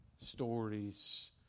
stories